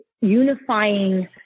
unifying